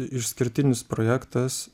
išskirtinis projektas